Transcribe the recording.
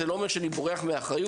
זה לא אומר שאני בורח מאחריות,